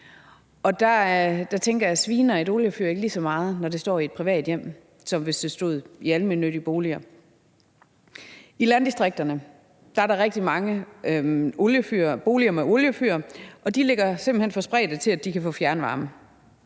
Og jeg tænker bare, om et oliefyr ikke sviner lige så meget, når det står i et privat hjem, som hvis det stod i almennyttige boliger. I landdistrikterne er der rigtig mange oliefyr, boliger med oliefyr, og de ligger simpelt hen for spredt, til at de kan få fjernvarme.